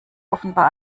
offenbar